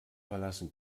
verlassen